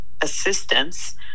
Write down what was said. assistance